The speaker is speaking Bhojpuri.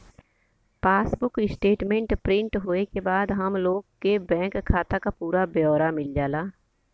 पासबुक स्टेटमेंट प्रिंट होये के बाद हम लोग के बैंक खाता क पूरा ब्यौरा मिल जाला